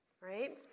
right